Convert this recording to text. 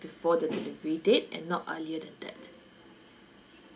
before the delivery date and not earlier than that